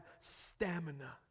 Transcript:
stamina